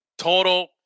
Total